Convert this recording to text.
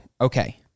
okay